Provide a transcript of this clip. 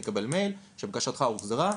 מקבל אימייל שבקשתך הוחזרה,